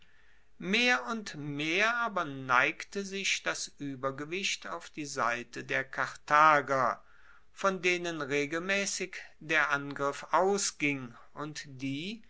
mehr und mehr aber neigte sich das uebergewicht auf die seite der karthager von denen regelmaessig der angriff ausging und die